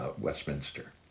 Westminster